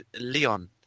Leon